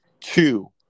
Two